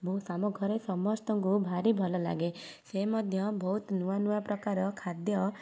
ବହୁତ ଆମ ଘରେ ସମସ୍ତଙ୍କୁ ଭାରି ଭଲ ଲାଗେ ସେ ମଧ୍ୟ ବହୁତ ନୂଆ ନୂଆ ପ୍ରକାର ଖାଦ୍ୟ